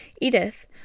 Edith